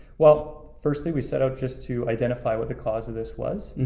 well, first thing we set out just to identify what the cause of this was.